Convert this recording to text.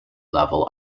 level